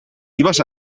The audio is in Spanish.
ibas